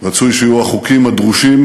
רצוי שיהיו החוקים הדרושים.